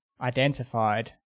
identified